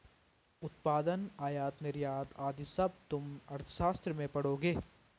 उत्पादन, आयात निर्यात आदि सब तुम अर्थशास्त्र में पढ़ोगे